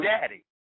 daddy